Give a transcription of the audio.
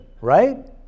right